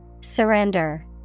Surrender